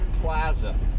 Plaza